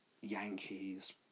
Yankees